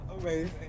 Amazing